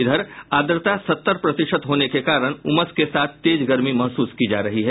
इधर आर्द्रता सत्तर प्रतिशत होने के कारण उमस के साथ तेज गर्मी महसूस की जा रही है